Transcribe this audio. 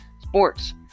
sports